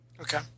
Okay